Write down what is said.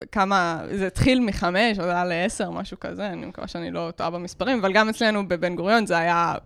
כמה, זה התחיל מ-5, עלה ל-10, משהו כזה, אני מקווה שאני לא טועה במספרים, אבל גם אצלנו בבן גוריון זה היה...